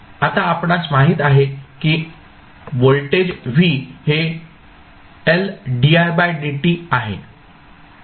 आता आपणास माहित आहे की व्होल्टेज V हे l didt आहे